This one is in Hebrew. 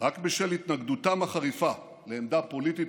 רק בשל התנגדותם החריפה לעמדה פוליטית